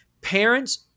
parents